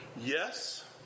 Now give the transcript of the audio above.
Yes